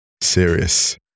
Serious